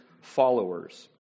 followers